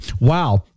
wow